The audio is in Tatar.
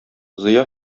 зыя